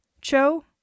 Cho